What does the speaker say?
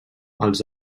els